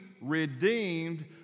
redeemed